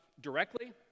directly